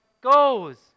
goes